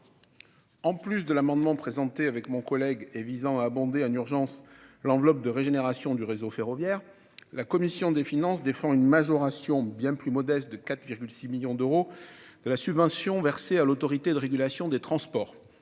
En plus de l'amendement que mon collègue et moi-même avons déposé visant à abonder en urgence l'enveloppe de régénération du réseau ferroviaire, la commission des finances défend une majoration, bien plus modeste, de 4,6 millions d'euros de la subvention versée à l'Autorité de régulation des transports.